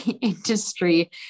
industry